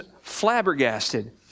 flabbergasted